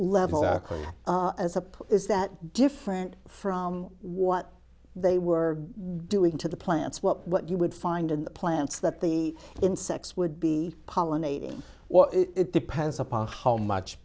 levels as a is that different from what they were doing to the plants well what you would find in the plants that the insects would be pollinating well it depends upon how much